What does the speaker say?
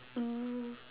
mm